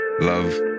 love